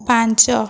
ପାଞ୍ଚ